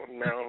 no